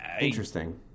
Interesting